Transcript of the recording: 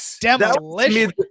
demolition